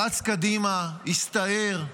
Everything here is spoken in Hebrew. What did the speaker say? רץ קדימה, הסתער.